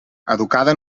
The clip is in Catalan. educada